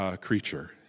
creature